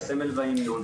הסמל וההמנון.